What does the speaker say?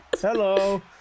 Hello